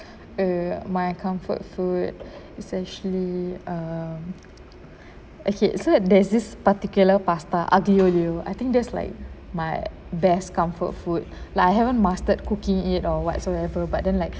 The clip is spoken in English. err my comfort food is actually um okay so there's this particular pasta aglio olio I think that's like my best comfort food like I haven't mastered cooking it or whatsoever but then like